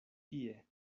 tie